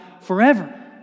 forever